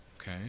Okay